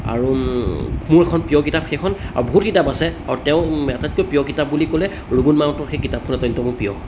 আৰু মোৰ এখন প্ৰিয় কিতাপ সেইখন আৰু বহুত কিতাপ আছে আৰু তেওঁ আটাইতকৈ প্ৰিয় কিতাপ বুলি ক'লে ৰুবুল মাউতৰ সেই কিতাপখনটো একদম মোৰ প্ৰিয়